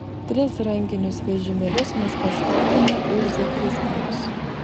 tris rankinius vežimėlius mes pastatėme už zakristijos